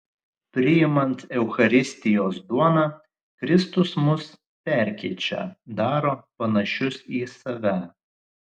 priimant eucharistijos duoną kristus mus perkeičia daro panašius į save